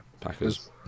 Packers